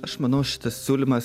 aš manau šitas siūlymas